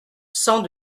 cent